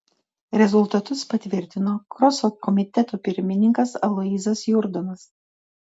rezultatus patvirtino kroso komiteto pirmininkas aloyzas jurdonas